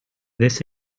this